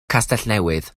castellnewydd